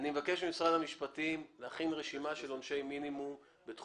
להכין רשימה של עונשי מינימום בתחום